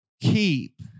keep